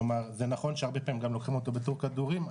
כלומר זה נכון שהרבה פעמים גם לוקחים אותו בתור כדורים,